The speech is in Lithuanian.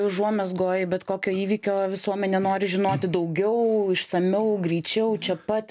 užuomazgoj bet kokio įvykio visuomenė nori žinoti daugiau išsamiau greičiau čia pat